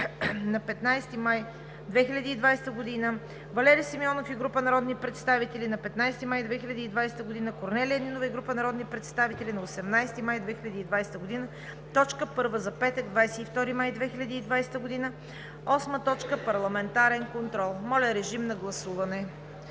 на 15 май 2020 г.; Валери Симеонов и група народни представители на 15 май 2020 г.; Корнелия Нинова и група народни представители на 18 май 2020 г. – точка първа за петък, 22 май 2020 г.; 8. Парламентарен контрол.“ Моля, режим на гласуване.